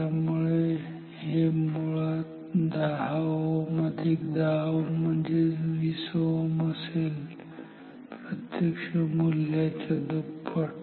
त्यामुळे हे मुळात 10 Ω10 Ω म्हणजेच 20 Ω असेल प्रत्यक्ष मूल्याच्या दुप्पट